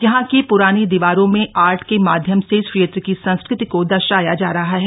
यहां की पुरानी दीवारों में आर्ट के माध्यम से क्षेत्र की संस्कृति को दर्शाया जा रहा है